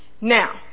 Now